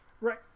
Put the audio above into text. right